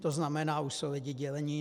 To znamená, už jsou lidé děleni.